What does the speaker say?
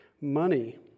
money